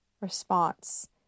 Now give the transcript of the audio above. response